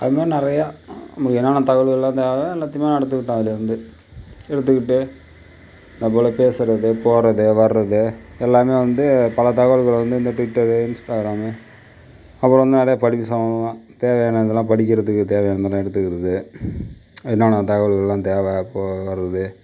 அதுமாதிரி நிறையா நம்மளுக்கு என்னென்ன தகவல்கள் எல்லாம் தேவை எல்லாத்தையுமே எடுத்துக்கிட்டேன் அதுலேயிருந்து எடுத்துக்கிட்டு அதுபோல் பேசுறது போகிறது வர்றது எல்லாம் வந்து பல தகவல்களை வந்து இந்த ட்விட்டரு இன்ஸ்ட்டாகிராமு அப்புறம் வந்து நிறையா படிப்பு சம்மந்தமாக தேவையான இதுலாம் படிக்கிறதுக்கு தேவையானதுலாம் எடுத்துக்கிறது என்னென்ன தகவல்கள்லாம் தேவை அப்போ வரது